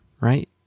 right